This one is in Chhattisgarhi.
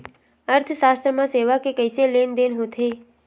अर्थशास्त्र मा सेवा के कइसे लेनदेन होथे?